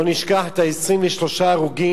לא נשכח את 23 ההרוגים.